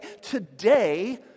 today